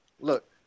look